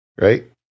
right